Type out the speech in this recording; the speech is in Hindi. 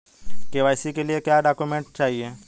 के.वाई.सी के लिए क्या क्या डॉक्यूमेंट चाहिए?